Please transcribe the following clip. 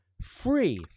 free